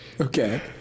Okay